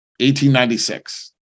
1896